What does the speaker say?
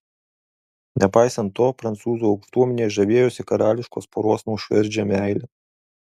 nepaisant to prancūzų aukštuomenė žavėjosi karališkos poros nuoširdžia meile